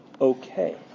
okay